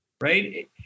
Right